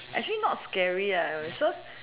actually not scary so